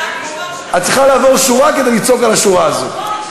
את צריכה לעבור שורה כדי לצעוק על השורה הזאת.